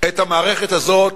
את המערכת הזאת.